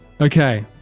Okay